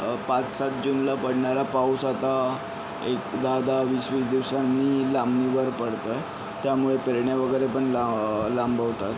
पाच सात जूनला पडणारा पाऊस आता एक दहा दहा वीस वीस दिवसांनी लांबणीवर पडतो आहे त्यामुळे पेरण्या वगैरे पण लांब लांबवतात